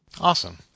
Awesome